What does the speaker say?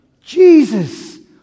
Jesus